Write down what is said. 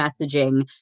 messaging